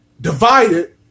divided